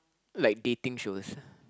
like dating shows